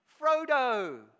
Frodo